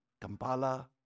Kampala